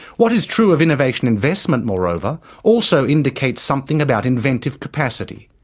what is true of innovation investment, moreover, also indicates something about inventive capacity,